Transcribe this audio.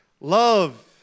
Love